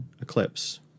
eclipse